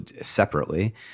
separately